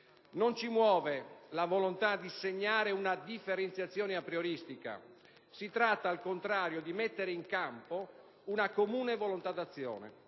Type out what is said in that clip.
Non ci muove la volontà di segnare una differenziazione aprioristica, si tratta al contrario di mettere in campo un comune volontà d'azione,